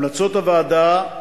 המלצות הוועדה,